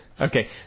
Okay